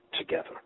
together